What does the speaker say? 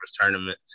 tournament